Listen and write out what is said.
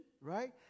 right